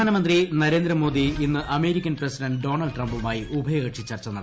പ്രധാനമന്ത്രി നരേന്ദ്രമോദി ഇന്ന് American president Donald ട്രംപുമായി ഉഭയകക്ഷി ചർച്ച നടത്തും